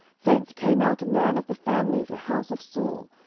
thence came out a man of the family of the house of saul,